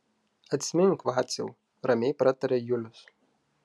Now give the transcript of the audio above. atsimink vaciau ramiai prataria julius